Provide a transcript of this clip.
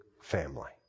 family